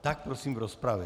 Tak prosím, v rozpravě.